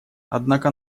однако